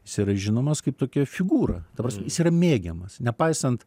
jis yra žinomas kaip tokia figūra ta prasme jis yra mėgiamas nepaisant